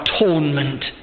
atonement